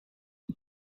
nie